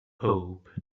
hope